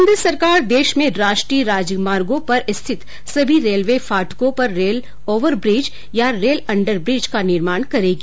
केन्द्र सरकार देश में राष्ट्रीय राजमागों पर स्थित सभी रेलवे फाटकों पर रेल ओवर ब्रिज आरओबी या रेल अंडर ब्रिज आरयूबी का निर्माण करेगी